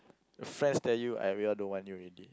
friends tell you eh we all don't want you already